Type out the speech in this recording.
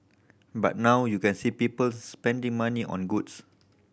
but now you can see people spending money on goods